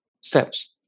steps